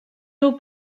nhw